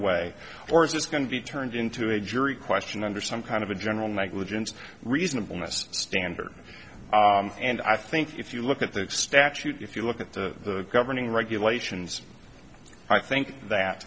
way or is this going to be turned into a jury question under some kind of a general negligence reasonable less standard and i think if you look at the statute if you look at the governing regulations i think that